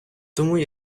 тому